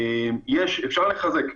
אפשר לחזק,